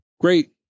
great